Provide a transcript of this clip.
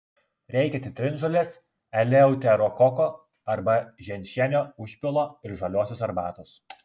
reikia citrinžolės eleuterokoko arba ženšenio užpilo ir žaliosios arbatos